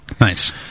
Nice